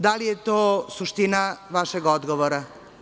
Da li je to suština vaša odgovora?